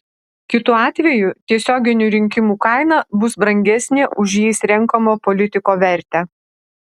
kitu atveju tiesioginių rinkimų kaina bus brangesnė už jais renkamo politiko vertę